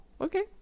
okay